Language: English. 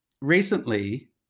recently